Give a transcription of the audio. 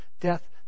death